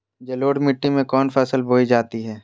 जलोढ़ मिट्टी में कौन फसल बोई जाती हैं?